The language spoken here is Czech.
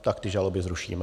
Tak ty žaloby zrušíme.